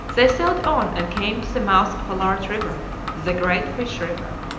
they sailed on and came to the mouth of a large river the great fish river.